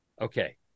okay